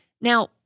Now